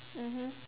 mmhmm